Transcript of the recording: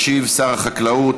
ישיב שר החקלאות